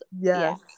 yes